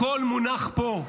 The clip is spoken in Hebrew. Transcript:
הכול מונח פה,